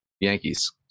Yankees